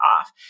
off